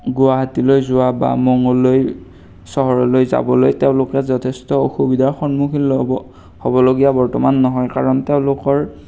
গুৱাহাটীলৈ যোৱা বা মঙ্গলদৈ চহৰলৈ যাবলৈ তেওঁলোকে যথেষ্ট সুবিধাৰ সন্মূখীন ল'ব হ'বলগীয়া বৰ্তমান নহয় কাৰণ তেওঁলোকৰ